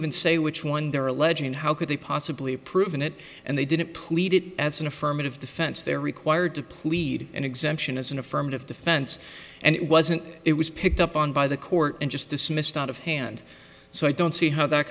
even say which one they're alleging how could they possibly proven it and they didn't plead it as an affirmative defense they're required to plead an exemption is an affirmative defense and it wasn't it was picked up on by the court and just dismissed out of hand so i don't see how that